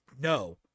no